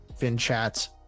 FinChat's